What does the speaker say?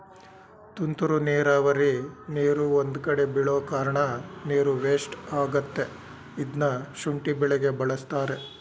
ತುಂತುರು ನೀರಾವರಿ ನೀರು ಒಂದ್ಕಡೆ ಬೀಳೋಕಾರ್ಣ ನೀರು ವೇಸ್ಟ್ ಆಗತ್ತೆ ಇದ್ನ ಶುಂಠಿ ಬೆಳೆಗೆ ಬಳಸ್ತಾರೆ